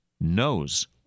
knows